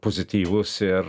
pozityvūs ir